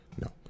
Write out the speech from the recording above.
No